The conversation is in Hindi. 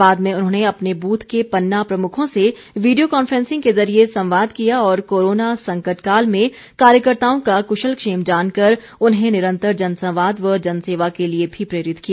बाद में उन्होंने अपने बूथ के पन्ना प्रमुखों से वीडियो कांफ्रेंसिंग के जरिए संवाद किया और कोरोना संकट काल में कार्यकर्ताओं का कुशलक्षेम जानकर उन्हें निरंतर जनसंवाद व जनसेवा के लिए भी प्रेरित किया